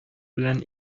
белән